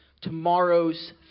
tomorrow's